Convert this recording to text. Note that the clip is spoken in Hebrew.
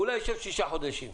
אולי ישב שישה חודשים.